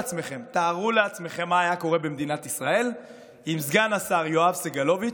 תארו לעצמכם מה היה קורה במדינת ישראל אם סגן השר סגלוביץ'